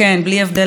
בלי הבדל דת,